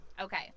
Okay